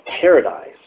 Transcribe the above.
paradise